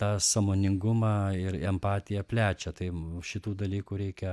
tą sąmoningumą ir empatiją plečia tai šitų dalykų reikia